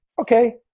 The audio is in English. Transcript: okay